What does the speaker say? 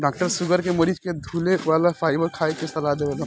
doctor sugar के मरीज के धुले वाला फाइबर खाए के सलाह देवेलन